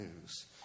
news